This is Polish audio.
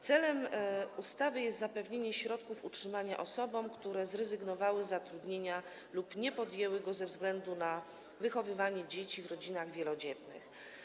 Celem ustawy jest zapewnienie środków utrzymania osobom, które zrezygnowały z zatrudnienia lub nie podjęły go ze względu na wychowywanie dzieci w rodzinach wielodzietnych.